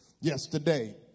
Yesterday